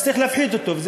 אז צריך להפחית אותו,